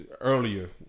earlier